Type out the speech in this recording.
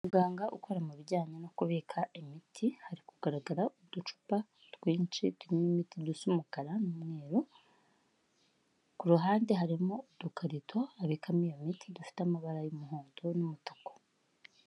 Muganga ukora mu bijyanye no kubika imiti hari kugaragara uducupa twinshi turimo imiti dusa umukara n'umweru, ku ruhande harimo udukarito babikami iyo imiti dufite amabara y'umuhondo n'umutuku.